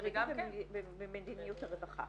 -- וגם ממדיניות הרווחה.